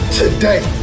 today